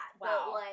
Wow